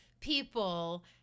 people